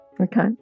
okay